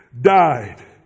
died